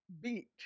Beat